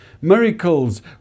Miracles